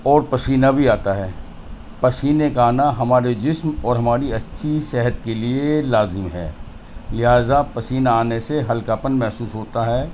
اور پسینہ بھی آتا ہے پسینے کا آنا ہمارے جسم اور ہماری اچھی صحت کے لیے لازم ہے لہٰذا پسینہ آنے سے ہلکا پن محسوس ہوتا ہے